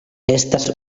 estas